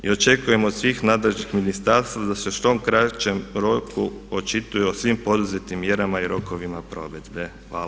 I očekujemo od svih nadležnih ministarstava da se u što kraćem roku očituju o svim poduzetim mjerama i rokovima provedbe.